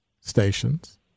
stations